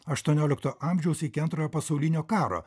aštuoniolikto amžiaus iki antrojo pasaulinio karo